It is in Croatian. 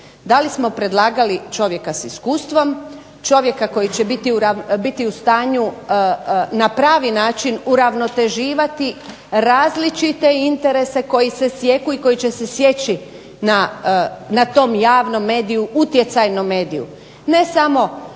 da li smo predlagali čovjeka s iskustvom, čovjeka koji će biti u stanju na pravi način uravnoteživati različite interese koji se sijeku i koji će se sjeći na tom javnom mediju, utjecajnom mediju,